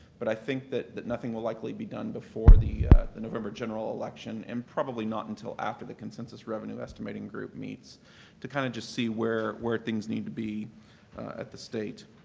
but i think that that nothing will likely be done before the the november general election and probably not until after the consensus revenue estimating group meets to kind of just see where where things need to be at the state.